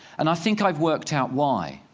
and i think i've worked out why.